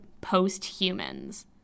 post-humans